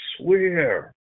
swear